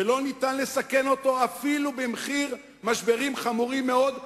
ולא ניתן לסכן אותו אפילו במחיר משברים חמורים מאוד,